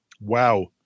wow